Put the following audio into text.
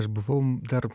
aš buvau dar